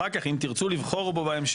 אחר כך אם תרצו לבחור בו בהמשך,